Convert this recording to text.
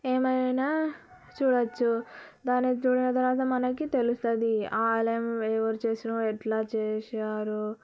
ఏమైనా చూడవచ్చు దాన్ని చూసిన తర్వాత మనకి తెలుస్తుంది ఆలయం ఎవరు చేసిర్రు ఎట్లా చేశారు